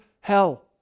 hell